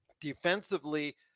Defensively